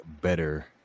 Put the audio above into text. better